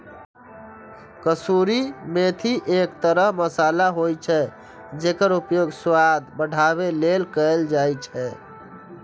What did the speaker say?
कसूरी मेथी एक तरह मसाला होइ छै, जेकर उपयोग स्वाद बढ़ाबै लेल कैल जाइ छै